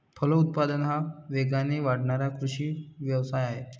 फलोत्पादन हा वेगाने वाढणारा कृषी व्यवसाय आहे